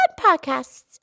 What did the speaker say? podcasts